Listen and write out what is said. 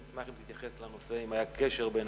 אשמח אם תתייחס לנושא, אם היה קשר בין